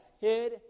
hid